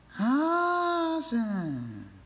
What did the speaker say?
awesome